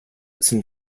some